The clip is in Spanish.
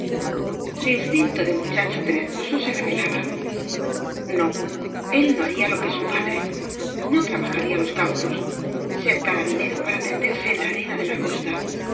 su instinto db muchacho perezoso se revelaba no él no haría lo que su padre no trabajaría los campos ser carabinero para tenderse en la arena de la costa